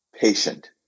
patient